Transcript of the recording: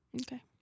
Okay